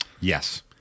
Yes